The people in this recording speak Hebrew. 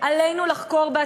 תמיד יש מה לשפר.